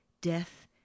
death